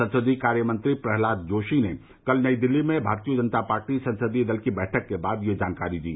संसदीय कार्यमंत्री प्रह्लाद जोशी ने कल नई दिल्ली में भारतीय जनता पार्टी संसदीय दल की बैठक के बाद यह जानकारी दी